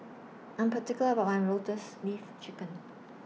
I Am particular about My Lotus Leaf Chicken